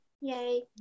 Yay